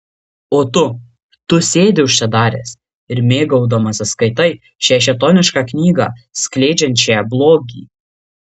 o tu tu sėdi užsidaręs ir mėgaudamasis skaitai šią šėtonišką knygą skleidžiančią blogį